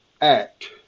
act